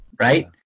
right